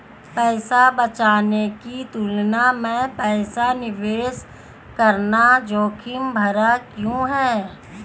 पैसा बचाने की तुलना में पैसा निवेश करना जोखिम भरा क्यों है?